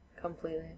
Completely